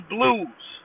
Blues